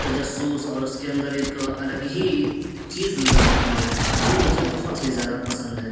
تجسس اور اس کے اندر ایک الگ ہی چیز نظر آتی ہے جو مجھے بہت ہی زیادہ پسند ہے